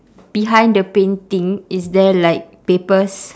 behind the painting is there like papers